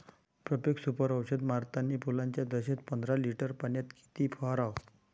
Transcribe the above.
Profex Super औषध मारतानी फुलाच्या दशेत पंदरा लिटर पाण्यात किती फवाराव?